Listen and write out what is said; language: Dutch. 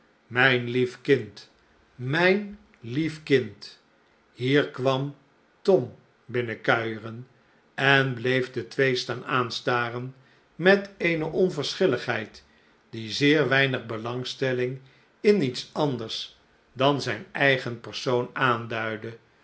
mijn lief kind mijn lief kind hier kwam tom binnenkuieren en bleef de twee staan aanstaren met eene onverschilligheid die zeer weinig belangstelling in iets anders dan zijn eigen persoon aanduidde